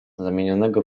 zamienionego